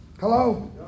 Hello